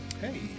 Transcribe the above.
Hey